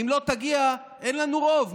אם לא תגיע אין לנו רוב,